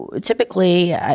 Typically